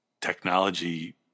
technology